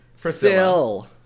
Priscilla